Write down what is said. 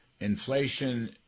Inflation